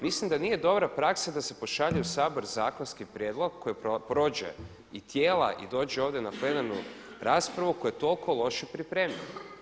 Mislim da nije dobra praksa da se pošalje u Sabor zakonski prijedlog koji prođe i tijela i dođe ovdje na plenarnu raspravu koji je toliko loše pripremljen.